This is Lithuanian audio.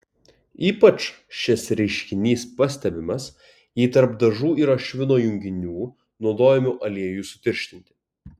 ypač šis reiškinys pastebimas jei tarp dažų yra švino junginių naudojamų aliejui sutirštinti